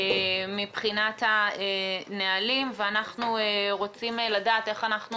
מבחינת הנהלים ואנחנו רוצים לדעת איך אנחנו